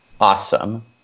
awesome